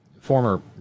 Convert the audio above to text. former